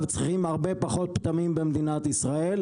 צריכים הרבה פחות פטמים במדינת ישראל,